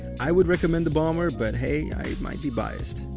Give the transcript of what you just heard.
i would recommend the bomber, but, hey, i might be biased.